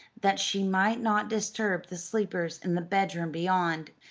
that she might not disturb the sleepers in the bedroom beyond,